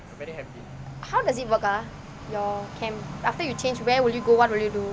how does it work ah your camp after you change where will you go what will you do